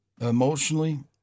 Emotionally